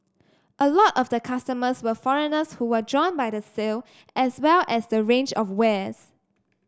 a lot of the customers were foreigners who were drawn by the sale as well as the range of wares